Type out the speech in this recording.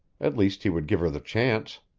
at least, he would give her the chance.